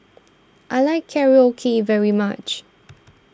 I like Korokke very much